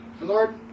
Lord